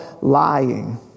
lying